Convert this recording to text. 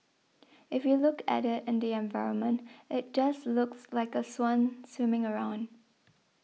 if you look at it in the environment it just looks like a swan swimming around